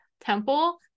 temple